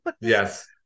yes